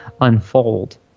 unfold